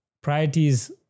priorities